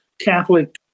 Catholic